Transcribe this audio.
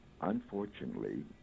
unfortunately